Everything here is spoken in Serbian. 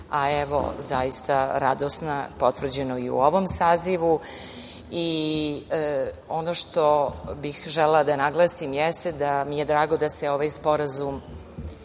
a evo, zaista radosna, potvrđeno i u ovom sazivu. Ono što bih želela da naglasim jeste da mi je drago da se ovaj Sporazum